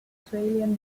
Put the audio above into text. australian